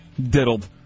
Diddled